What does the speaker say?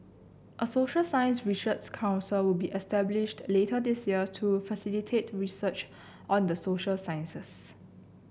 a social science research council will be established later this year to facilitate research on the social sciences